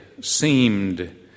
seemed